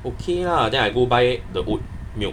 okay lah then I go buy the oat milk